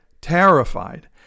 terrified